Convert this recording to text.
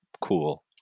cool